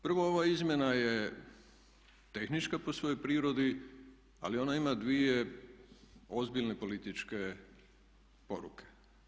Prvo ova izmjena je tehnička po svojoj prirodi ali ona ima dvije ozbiljne političke poruke.